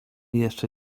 jeszcze